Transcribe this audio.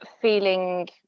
feeling